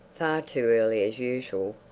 too early as usual,